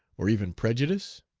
or even prejudice?